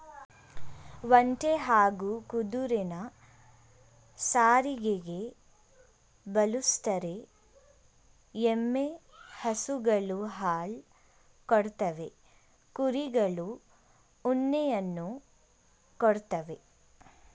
ಒಂಟೆ ಹಾಗೂ ಕುದುರೆನ ಸಾರಿಗೆಗೆ ಬಳುಸ್ತರೆ, ಎಮ್ಮೆ ಹಸುಗಳು ಹಾಲ್ ಕೊಡ್ತವೆ ಕುರಿಗಳು ಉಣ್ಣೆಯನ್ನ ಕೊಡ್ತವೇ